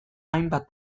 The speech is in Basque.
hainbat